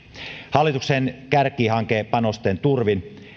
hallituksen kärkihankepanosten turvin